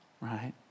Right